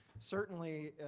certainly,